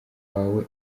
wawe